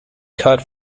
cut